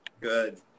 Good